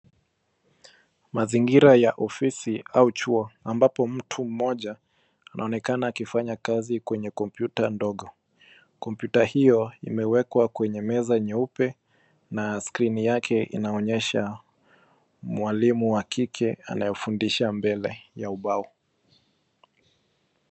Mazingira ya ofisi au chuo, ambapo mtu mmoja anaonekana akifanya kazi kwenye kompyuta ndogo. Kompyuta hiyo imewekwa kwenye meza nyeupe na skrini yake ,inaonyesha mwalimu wa kike anayefundisha mbele ya ubao.